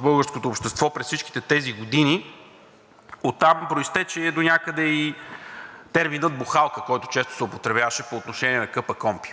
българското общество през всичките тези години, оттам произтече донякъде и терминът „бухалка“, който често се употребяваше по отношение на КПКОНПИ.